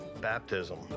baptism